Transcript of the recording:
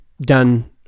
done